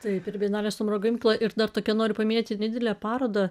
taip ir bienalė stumbro gamykloj ir dar tokią noriu paminėti nedidelę parodą